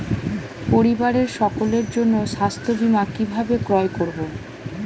পরিবারের সকলের জন্য স্বাস্থ্য বীমা কিভাবে ক্রয় করব?